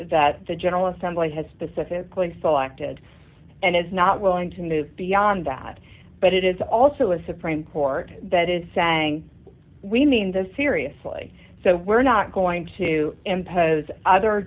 that the general assembly has specifically selected and is not willing to move beyond that but it is also a supreme court that is saying we mean this seriously so we're not going to impose other